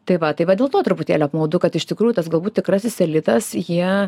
tai va tai va dėl to truputėlį apmaudu kad iš tikrųjų tas galbūt tikrasis elitas jie